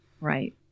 right